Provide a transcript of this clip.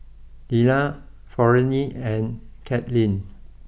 Lelah Florene and Cathleen